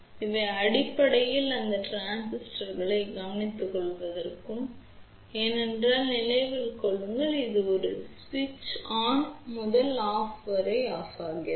இவை அடிப்படையில் அந்த டிரான்சிஷன்களை கவனித்துக்கொள்வதாகும் ஏனென்றால் நினைவில் கொள்ளுங்கள் இது ஒரு சுவிட்ச் ஆன் முதல் ஆஃப் அல்லது ஆஃப் ஆகிறது